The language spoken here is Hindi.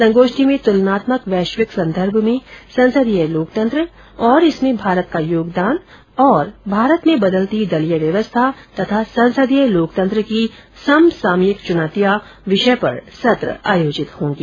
संगोष्ठी में तुलनात्मक वैश्विक संदर्भ में संसदीय लोकतंत्र और इसमें भारत का योगदान और भारत में बदलेती दलीय व्यवस्था और संसदीय लोकतंत्र की समसामयिक च्नौतियां विषय पर सत्र आयोजित किए जाएंगे